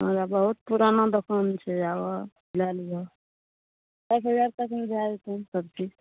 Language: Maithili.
हमरा बहुत पुराना दोकान छै आबऽ लए लिहऽ दस हजार तकमे भए जेतऽ सब चीज